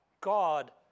God